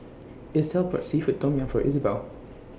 Itzel bought Seafood Tom Yum For Izabelle